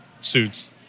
suits